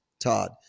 Todd